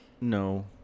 No